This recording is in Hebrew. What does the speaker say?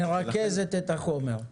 מרכזת את החומר.